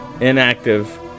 Inactive